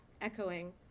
echoing